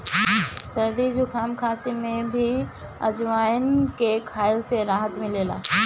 सरदी जुकाम, खासी में भी अजवाईन के खइला से राहत मिलेला